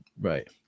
Right